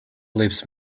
lips